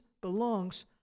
belongs